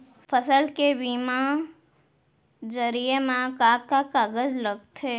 फसल के बीमा जरिए मा का का कागज लगथे?